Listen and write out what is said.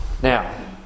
Now